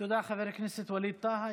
תודה, חבר הכנסת ווליד טאהא.